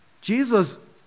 Jesus